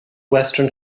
western